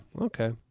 okay